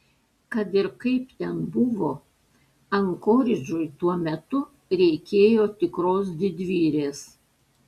kad ir kaip ten buvo ankoridžui tuo metu reikėjo tikros didvyrės